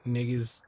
Niggas